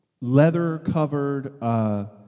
leather-covered